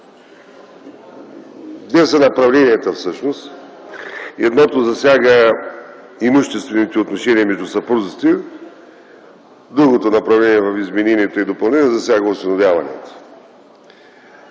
две са направленията – едното засяга имуществените отношения между съпрузите, другото направление в измененията и допълненията засяга осиновяванията.